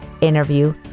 interview